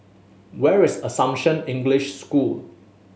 where is Assumption English School